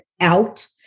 out